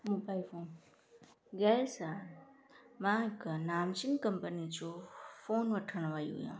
mobile phone गेस आहे मां हिकु नामचीन कंपनी जो फ़ोन वठण वेई हुअमि